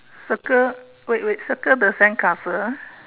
circle wait wait circle the sand castle